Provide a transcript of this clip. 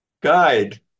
guide